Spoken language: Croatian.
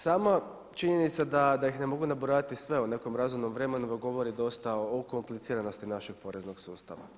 Sama činjenica da ih ne mogu nabrojati sve u nekom razumnom vremenu govori dosta o kompliciranosti našeg poreznog sustava.